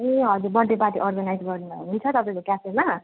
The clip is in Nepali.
ए हजुर बर्थडे पार्टी अर्गेनाइज गर्नु भने हुन्छ तपाईँको क्याफेमा